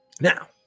Now